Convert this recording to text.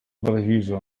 preciso